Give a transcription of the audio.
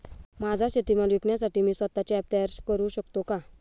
माझा शेतीमाल विकण्यासाठी मी स्वत:चे ॲप तयार करु शकतो का?